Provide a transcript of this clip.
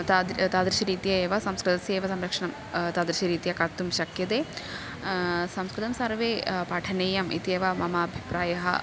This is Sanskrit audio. तादृशं तादृशरीत्या एव संस्कृतस्य एव संरक्षणं तादृशरीत्या कर्तुं शक्यते संस्कृतं सर्वे पाठनीयम् इत्येव मम अभिप्रायः